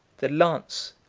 the lance,